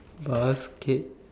basket